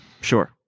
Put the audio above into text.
Sure